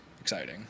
exciting